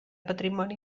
patrimoni